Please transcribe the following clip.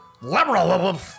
liberal